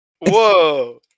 Whoa